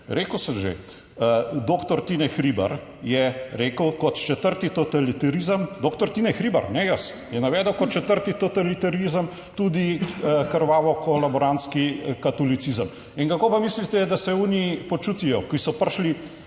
rekel sem že, doktor Tine Hribar je rekel, kot četrti totalitarizem, doktor Tine Hribar, ne jaz, je navedel kot četrti totalitarizem, tudi krvavo kolaborantski katolicizem. In kako pa mislite, da se oni počutijo, ki so prišli